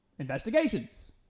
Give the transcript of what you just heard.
investigations